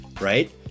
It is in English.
right